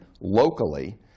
locally